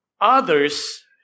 Others